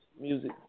music